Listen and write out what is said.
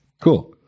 Cool